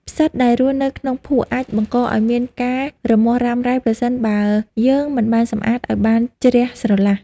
ផ្សិតដែលរស់នៅក្នុងភក់អាចបង្កឱ្យមានការរមាស់រ៉ាំរ៉ៃប្រសិនបើយើងមិនបានសម្អាតឱ្យបានជ្រះស្រឡះ។